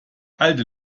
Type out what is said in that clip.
alte